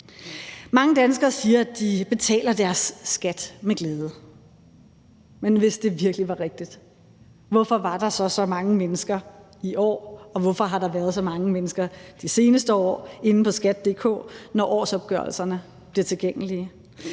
Mange danskere siger, at de betaler deres skat med glæde, men hvis det virkelig var rigtigt, hvorfor var der så så mange mennesker i år, og hvorfor har der været så mange mennesker de seneste år inde på skat.dk, når årsopgørelserne bliver tilgængelige?